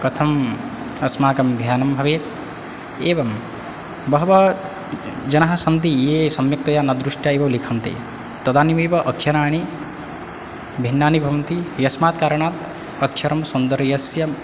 कथम् अस्माकं ज्ञानं भवेत् एवं बहवः जनाः सन्ति ये सम्यक्तया न दृष्टा एव लिखन्ति तदानिमेव अक्षराणि भिन्नानि भवन्ति यस्मात् कारणात् अक्षरं सौन्दर्यस्य